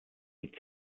die